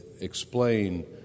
explain